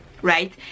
right